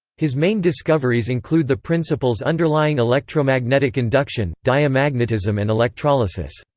his main discoveries include the principles underlying electromagnetic induction, diamagnetism and electrolysis.